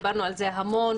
דיברנו על זה המון.